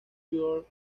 york